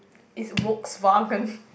is Volkswagen